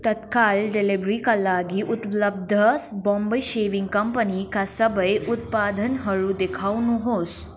तत्काल डेलिभरीका लागि उपलब्ध बम्बई सेभिङ कम्पनीका सबै उत्पादनहरू देखाउनुहोस्